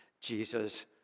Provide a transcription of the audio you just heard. Jesus